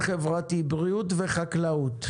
-- בריאות וחקלאות.